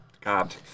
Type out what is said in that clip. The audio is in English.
God